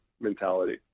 mentality